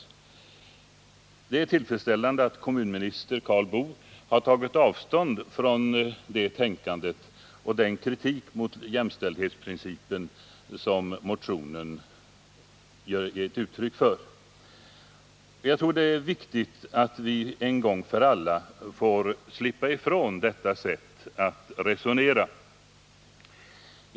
Det är tillfredsställande att kommunminister Karl Boo i en tidningsintervju har tagit avstånd från det tänkandet och från den kritik mot jämställdhetsprincipen som motionen är ett uttryck för. Jag tror att det är viktigt att vi en gång för alla får slippa ifrån detta sätt att resonera.